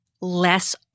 less